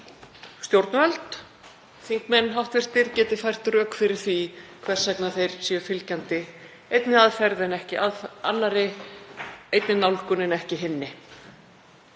stjórnvöld, hv. þingmenn, geti fært rök fyrir því hvers vegna þeir séu fylgjandi einni aðferð en ekki annarri, einni nálgun en ekki hinni.